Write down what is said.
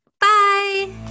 Bye